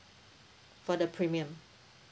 for the premium